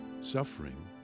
Suffering